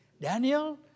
Daniel